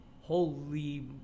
holy